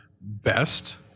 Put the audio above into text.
best